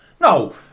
No